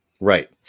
Right